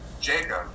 Jacob